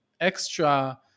extra